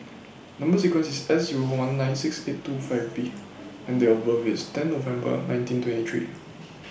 Number sequence IS Szero one nine six eight two five B and Date of birth IS ten November nineteen twenty three